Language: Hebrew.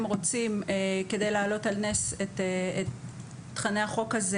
רוצים כדי להעלות על נס את תכני החוק הזה,